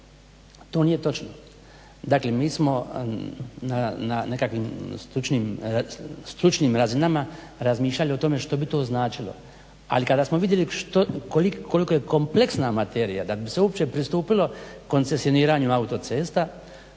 To nije točno. Dakle, mi smo na nekakvim stručnim razinama razmišljali o tome što bi to značilo. Ali kada smo vidjeli kolika je kompleksna materija da bi se uopće pristupilo koncesioniranju autocesta